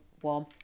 one